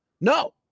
No